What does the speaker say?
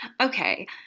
okay